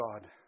God